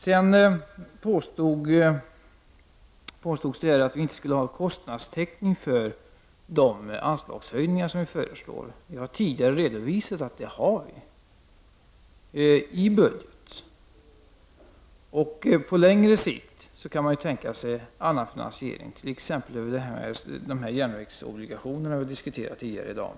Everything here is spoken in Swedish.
Det påstods att vi inte skulle ha kostnadstäckning för de anslagshöjningar som vi föreslår. Vi har tidigare redovisat att vi har det i budgeten. På längre sikt kan man tänka sig en annan finansiering, t.ex. med sådana järnvägsobligationer som vi diskuterat tidigare i dag.